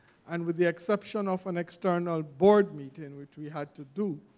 and with the exception of an external board meeting, which we had to do